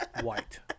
White